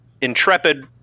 Intrepid